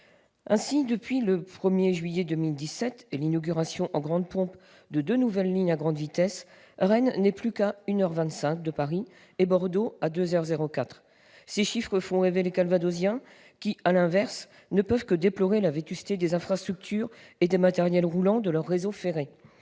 Depuis le 1 juillet 2017 et l'inauguration en grande pompe de deux nouvelles lignes à grande vitesse, Rennes n'est plus qu'à 1 heure 25 de Paris et Bordeaux à 2 heures 04. Ces chiffres font rêver les Calvadosiens, qui, à l'inverse, ne peuvent que déplorer la vétusté des infrastructures et des matériels roulants de leur réseau ferré,